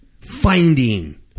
finding